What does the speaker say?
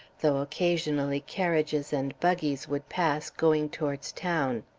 though occasionally carriages and buggies would pass, going towards town.